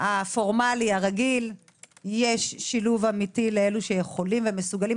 הפורמלי הרגיל יש שילוב אמיתי לאלה שיכולים ומסוגלים,